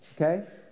okay